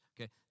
Okay